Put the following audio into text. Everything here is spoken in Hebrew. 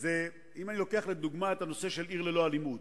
אם אני לוקח לדוגמה את הנושא של "עיר ללא אלימות",